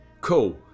cool